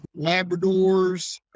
Labradors